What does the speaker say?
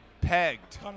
pegged